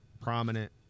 prominent